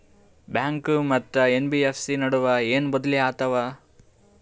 Bank ಮತ್ತ NBFC ನಡುವ ಏನ ಬದಲಿ ಆತವ?